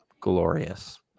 glorious